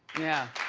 yeah.